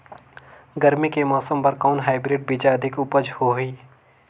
गरमी के मौसम बर कौन हाईब्रिड बीजा अधिक उपज होही?